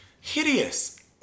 Hideous